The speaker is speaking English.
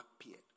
appeared